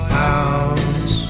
pounds